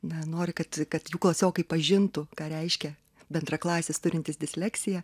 na nori kad kad jų klasiokai pažintų ką reiškia bendraklasis turintis disleksiją